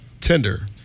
Tender